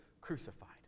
crucified